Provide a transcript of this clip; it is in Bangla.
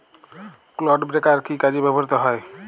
ক্লড ব্রেকার কি কাজে ব্যবহৃত হয়?